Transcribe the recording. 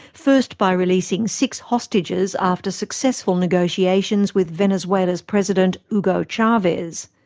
first by releasing six hostages after successful negotiations with venezuela's president, hugo chavez.